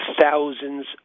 thousands